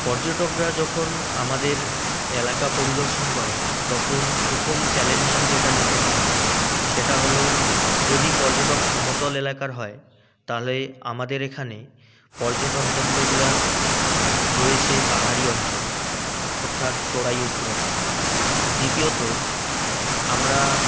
পর্যটকরা যখন আমাদের এলাকা পরিদর্শন করে তখন প্রথম চ্যালেঞ্জিং যেটা নিতে হয় সেটা হলো যদি পর্যটক সমতল এলাকার হয় তাহলে আমাদের এখানে পর্যটনকেন্দ্রগুলা রয়েছে পাহাড়ি অঞ্চল অর্থাৎ চড়াই উতরাই দ্বিতীয়ত আমরা